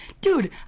dude